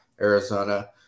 Arizona